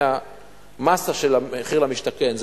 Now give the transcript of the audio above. מהמאסה של המחיר למשתכן,